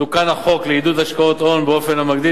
תוקן החוק לעידוד השקעות הון באופן המגדיל